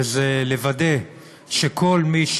וזה לוודא שכל מי,